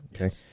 Okay